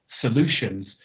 solutions